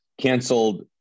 canceled